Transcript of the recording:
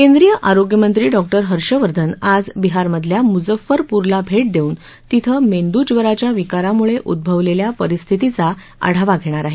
केंद्रीय आरोग्यमंत्री डॉक्टर हर्षवर्धन आज बिहारमधल्या मुझफ्फरपूरला भेट देवून तिथे मेंदूज्वराच्या विकारामुळे उद्रवलेल्या परिस्थितीचा आढावा घेणार आहेत